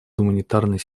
гуманитарной